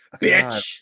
Bitch